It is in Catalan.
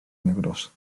negrós